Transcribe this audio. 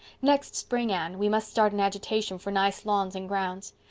next spring, anne, we must start an agitation for nice lawns and grounds.